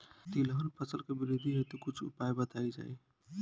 तिलहन फसल के वृद्धी हेतु कुछ उपाय बताई जाई?